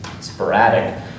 sporadic